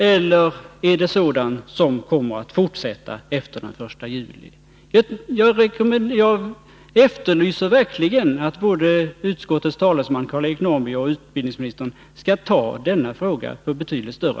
Eller är det sådant som kommer att fortsätta efter den 1 juli? Jag efterlyser verkligen ett betydligt större allvar inför denna fråga både